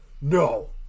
No